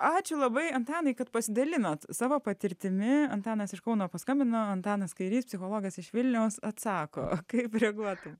ačiū labai antanai kad pasidalinot savo patirtimi antanas iš kauno paskambino antanas kairys psichologas iš vilniaus atsako kaip reaguoti